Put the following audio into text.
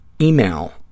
email